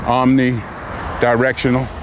omnidirectional